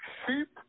sheep